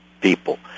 people